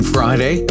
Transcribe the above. Friday